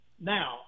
Now